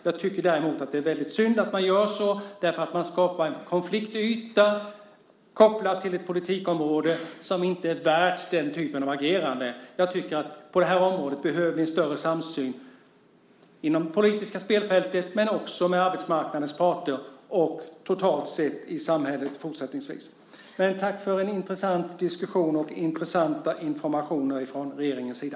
Jag tycker dock att det är väldigt synd att man gör så, därför att man skapar en konfliktyta kopplad till ett politikområde som inte är värt den typen av agerande. Jag tycker att vi behöver en större samsyn på det här området på det politiska spelfältet men också med arbetsmarknadens parter och totalt sett i samhället fortsättningsvis. Jag vill tacka för en intressant diskussion och intressant information från regeringens sida.